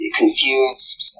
confused